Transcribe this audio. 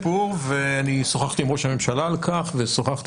אני מכיר את הסיפור ואני שוחחתי עם ראש הממשלה על כך ושוחחתי